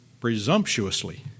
presumptuously